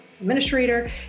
administrator